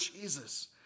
Jesus